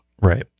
Right